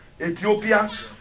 Ethiopians